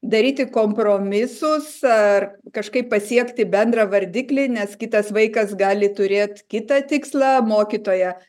daryti kompromisus ar kažkaip pasiekti bendrą vardiklį nes kitas vaikas gali turėt kitą tikslą mokytoja